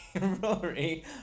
Rory